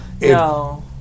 No